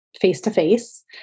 face-to-face